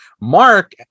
Mark